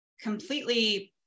completely